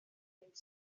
dydd